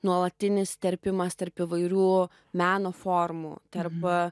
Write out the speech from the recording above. nuolatinis įterpimas tarp įvairių meno formų arba